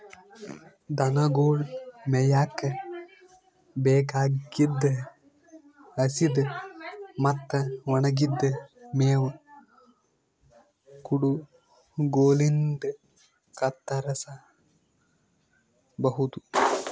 ದನಗೊಳ್ ಮೇಯಕ್ಕ್ ಬೇಕಾಗಿದ್ದ್ ಹಸಿದ್ ಮತ್ತ್ ಒಣಗಿದ್ದ್ ಮೇವ್ ಕುಡಗೊಲಿನ್ಡ್ ಕತ್ತರಸಬಹುದು